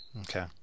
Okay